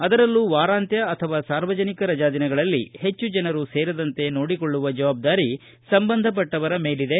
ಅದರಲ್ಲೂ ವಾರಾಂತ್ವ ಅಥವಾ ಸಾರ್ವಜನಿಕ ರಜಾ ದಿನಗಳಲ್ಲಿ ಹೆಚ್ಚು ಜನರು ಸೇರದಂತೆ ನೋಡಿಕೊಳ್ಳುವ ಜವಾಬ್ದಾರಿ ಸಂಬಂಧಪಟ್ಟವರ ಮೇಲಿದೆ